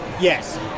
yes